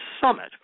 Summit